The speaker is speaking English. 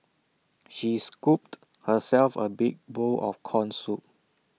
she scooped herself A big bowl of Corn Soup